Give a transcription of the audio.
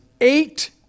eight